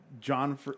John